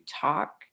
talk